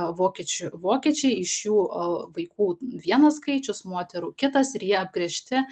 vokiečių vokiečiai iš jų vaikų vienas skaičius moterų kitas ir jie apgęžti